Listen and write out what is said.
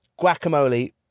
Guacamole